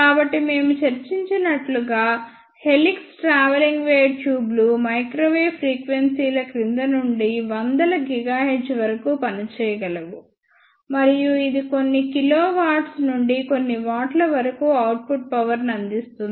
కాబట్టి మేము చర్చించినట్లుగా హెలిక్స్ ట్రావెలింగ్ వేవ్ ట్యూబ్లు మైక్రోవేవ్ ఫ్రీక్వెన్సీల క్రింద నుండి వందల GHz వరకు పనిచేయగలవు మరియు ఇది కొన్ని KW నుండి కొన్ని వాట్ల వరకు అవుట్పుట్ పవర్ ని అందిస్తుంది